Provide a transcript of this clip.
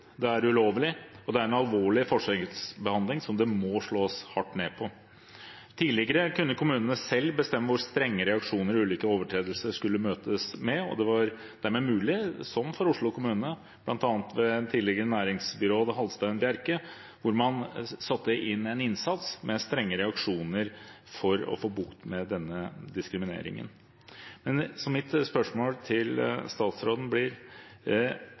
Det er ulovlig, og det er en alvorlig forskjellsbehandling som det må slås hardt ned på. Tidligere kunne kommunene selv bestemme hvor strenge reaksjoner ulike overtredelser skulle møtes med, og det var dermed mulig, som for Oslo kommune, bl.a., ved tidligere næringsbyråd Hallstein Bjercke, å sette inn strenge reaksjoner for å få bukt med denne diskrimineringen. Mitt spørsmål til statsråden blir: